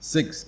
Six